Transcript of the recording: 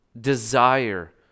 desire